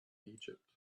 egypt